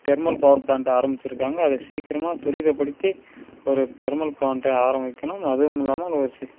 thermal power ப்ளான்ட்டை ஆரம்பித்திருக்காங்க அதை சீக்கிரமாக துரிதப்படுத்தி ஒரு தெர்மல் ப்ளான்ட்டை ஆரம்பிக்கணும் அதுவுமில்லாமல் அதில் ஒரு